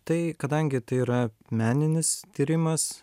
tai kadangi tai yra meninis tyrimas